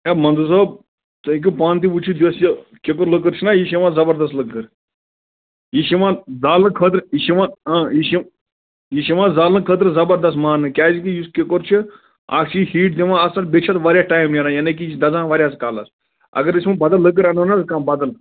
اَے مَنظوٗر صٲب تُہۍ ہیٚکِو پانہٕ تہِ وُچھِتھ یۄس یہِ کِکُر لٔکٕر چھِنا یہِ چھِ یِوان زَبَردس لٔکٕر یہِ چھِ یِوان زالنہٕ خٲطرٕ یہِ چھِ یِوان یہِ چھِ یہِ چھِ یِوان زالنہٕ خٲطرٕ زبَردست ماننہٕ کیٛازکہِ یُس کِکُر چھُ اَکھ چھِ یہِ ہیٖٹ دِوان اَصٕل بیٚیہِ چھِ اَتھ واریاہ ٹایِم نیران یعنی کہِ یہِ چھِ دَزان واریاہَس کالَس اَگر أسۍ وۅنۍ بَدَل لٔکٕر اَنو نا حظ کانٛہہ بَدَل